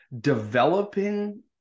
developing